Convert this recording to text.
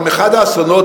גם אחד האסונות,